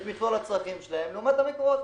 את מכלול הצרכים שלהם לעומת המקורות.